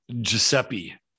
Giuseppe